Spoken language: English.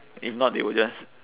if not they will just